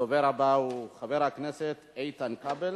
הדובר הבא הוא חבר הכנסת איתן כבל,